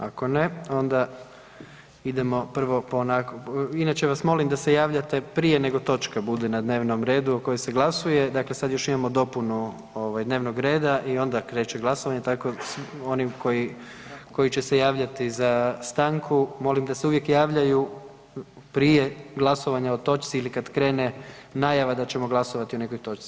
Ako ne idemo prvo onako, inače vas molim da se javljate prije nego točke budu na dnevnom redu o kojoj se glasuje, dakle sada još uvijek imamo dopunu dnevnog reda i onda kreće glasovanje, tako oni koji će se javljati za stanku molim da se uvijek javljaju prije glasovanja o točci ili kad krene najava da ćemo glasovati o nekoj točci.